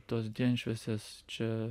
tos dienšviesės čia